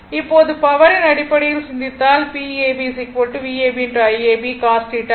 இப்போது பவரின் அடிப்படையில் சிந்தித்தால் pab Vab Iab cos θ ஆகும்